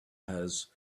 has